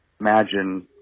Imagine